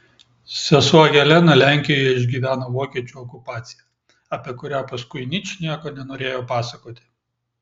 sesuo helena lenkijoje išgyveno vokiečių okupaciją apie kurią paskui ničnieko nenorėjo pasakoti